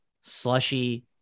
Slushy